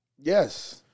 Yes